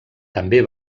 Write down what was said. també